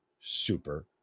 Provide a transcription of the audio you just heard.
super